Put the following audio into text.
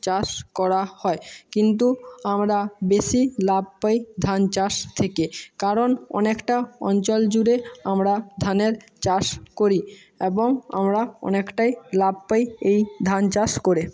চাষ করা হয় কিন্তু আমরা বেশি লাভ পাই ধান চাষ থেকে কারণ অনেকটা অঞ্চল জুড়ে আমরা ধানের চাষ করি এবং আমরা অনেকটাই লাভ পাই এই ধান চাষ করে